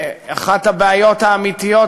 אחת הבעיות האמיתיות,